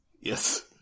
Yes